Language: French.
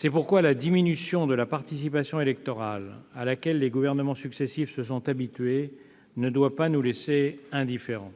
raison pour laquelle la diminution de la participation électorale à laquelle les gouvernements successifs se sont habitués ne doit pas nous laisser indifférents.